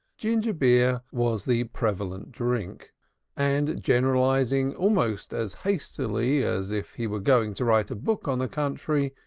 ginger-beer was the prevalent drink and, generalizing almost as hastily as if he were going to write a book on the country,